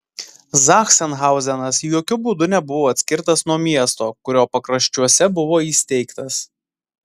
zachsenhauzenas jokiu būdu nebuvo atskirtas nuo miesto kurio pakraščiuose buvo įsteigtas